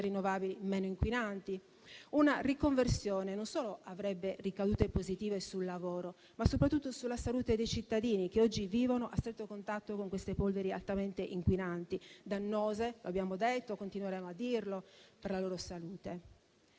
rinnovabili meno inquinanti. Una riconversione avrebbe ricadute positive non solo sul lavoro, ma anche e soprattutto sulla salute dei cittadini che oggi vivono a stretto contatto con polveri altamente inquinanti, dannose -come abbiamo detto e continueremo a dire - per la loro salute.